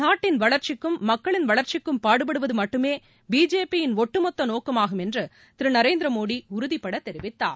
நாட்டின் வளர்ச்சிக்கும் மக்களின் வளர்ச்சிக்கும் பாடுபடுவது மட்டுமே பிஜேபியின் ஒட்டுமொத்த நோக்கமாகும் என்று திரு நரேந்திர மோடி உறுதிபடத் தெரிவித்தார்